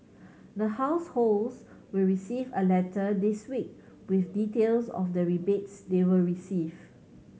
the households will receive a letter this week with details of the rebates they will receive